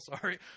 Sorry